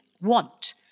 want